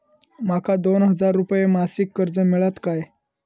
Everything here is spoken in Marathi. माका दोन हजार रुपये मासिक कर्ज मिळात काय?